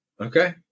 Okay